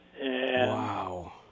Wow